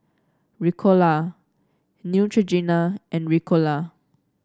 Ricola Neutrogena and Ricola